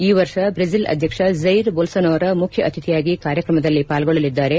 ಈ ವರ್ಷ ಬ್ರೆಜಿಲ್ ಅಧ್ಯಕ್ಷ್ ಜೈರ್ ದೊಲ್ಲೊನೊರಾ ಮುಖ್ಯ ಅತಿಥಿಯಾಗಿ ಕಾರ್ಯಕ್ರಮದಲ್ಲಿ ಪಾಲ್ಗೊಳ್ಳಲಿದ್ದಾರೆ